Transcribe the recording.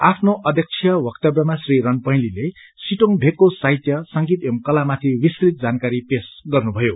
आफ्नो अध्यक्षिय वक्तव्यमा श्री रणपहेलीले सिटोंग भेकको साहित्य संगीत एव कला माथि विस्तृत जानकारी पेश गर्नुभयो